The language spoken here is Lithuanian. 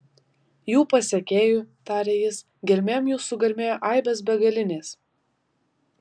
jų pasekėjų tarė jis gelmėn jų sugarmėjo aibės begalinės